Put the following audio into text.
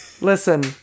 Listen